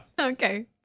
Okay